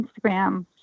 Instagram